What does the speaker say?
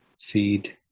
Feed